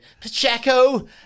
Pacheco